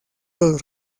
los